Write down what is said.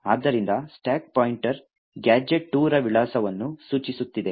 ಆದ್ದರಿಂದ stack pointer gadget 2 ರ ವಿಳಾಸವನ್ನು ಸೂಚಿಸುತ್ತಿದೆ